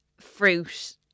fruit